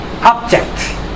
object